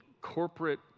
corporate